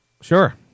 sure